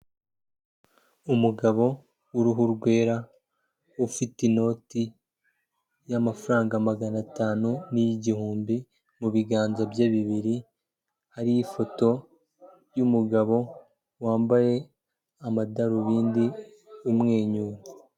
Umugabo w'uruhu rwera, ufite inoti y'amafaranga magana atanu n'iy'igihumbi muganza bye bibiri. Hariho ifoto y'umugabo wambaye amadarubindi umwenyura.